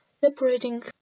separating